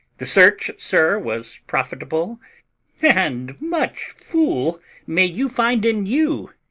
the search, sir, was profitable and much fool may you find in you,